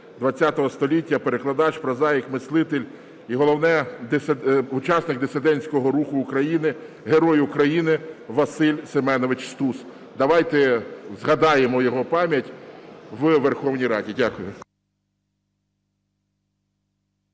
ХХ століття, перекладач, прозаїк, мислитель і головне – учасник дисидентського руку України Герой України Василь Семенович Стус. Давайте згадаємо його пам'ять у Верховній Раді. Дякую.